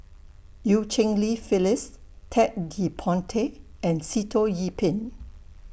EU Cheng Li Phyllis Ted De Ponti and Sitoh Yih Pin